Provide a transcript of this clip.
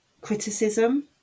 criticism